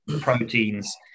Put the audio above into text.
proteins